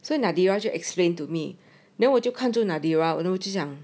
所以 nadira explained to me then 我就看着 nadira 那我就讲